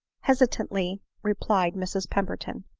hesitatingly replied mrs pemberton.